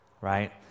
Right